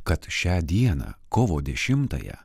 kad šią dieną kovo dešimtąją